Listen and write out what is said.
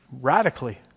radically